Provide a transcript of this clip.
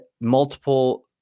multiple